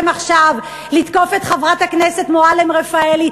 עכשיו לתקוף את חברת הכנסת מועלם-רפאלי,